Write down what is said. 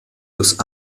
los